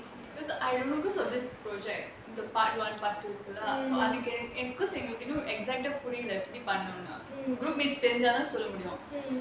because I remember because of this project the part one part two lah so அதுக்கு:athukku because you can do புரிய எப்படி பண்ணனும்னு:puriya eppadi pannanumnu groupmates கு தெரிஞ்ச தானே சொல்ல முடியும்:ku terinja thaanae solla mudiyum